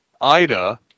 Ida